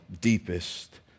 deepest